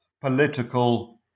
political